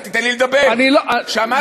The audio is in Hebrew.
אתה תיתן לי לדבר, שמעתי אותך.